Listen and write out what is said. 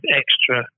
extra